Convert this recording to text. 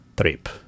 trip